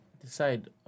decide